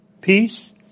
peace